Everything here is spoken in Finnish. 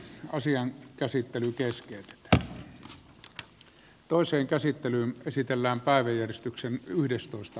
asian käsittely keskeytetään